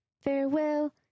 farewell